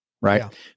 right